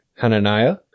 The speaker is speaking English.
Hananiah